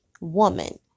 woman